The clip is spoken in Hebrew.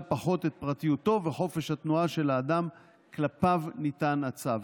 פחות את הפרטיות וחופש התנועה של האדם שכלפיו ניתן הצו.